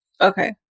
Okay